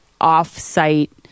off-site